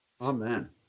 Amen